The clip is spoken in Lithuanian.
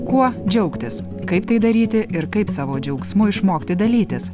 kuo džiaugtis kaip tai daryti ir kaip savo džiaugsmu išmokti dalytis